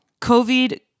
COVID